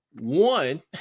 one